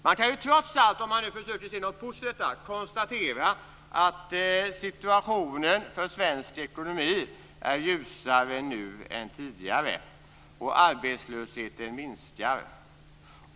Man kan trots allt, om man nu försöker se något positivt i detta, konstatera att situationen för svensk ekonomi är ljusare nu än tidigare och att arbetslösheten minskar.